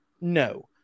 no